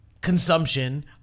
consumption